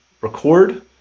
record